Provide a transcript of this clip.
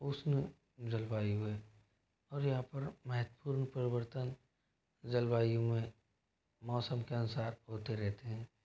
उष्ण जलवायु है और यहाँ पर महत्वपूर्ण परिवर्तन जलवायु में मौसम के अनुसार होते रहते हैं